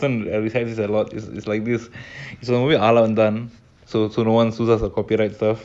பிணநாள்வரையும்பின்வருமா:pina naal varayum pinvaruma